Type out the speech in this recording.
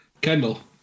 Kendall